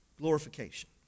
glorification